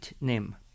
name